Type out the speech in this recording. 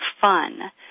fun